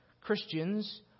Christians